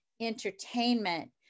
entertainment